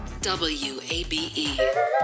WABE